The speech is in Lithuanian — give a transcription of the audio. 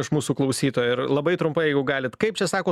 iš mūsų klausytojo ir labai trumpai jeigu galit kaip čia sako